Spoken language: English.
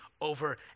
over